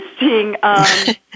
interesting